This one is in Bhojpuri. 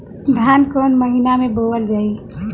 धान कवन महिना में बोवल जाई?